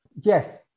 yes